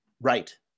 right